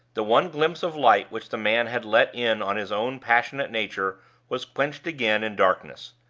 the one glimpse of light which the man had let in on his own passionate nature was quenched again in darkness.